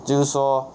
就是说